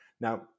Now